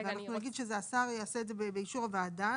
אנחנו נגיד שהשר יעשה את זה באישור הוועדה.